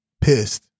Pissed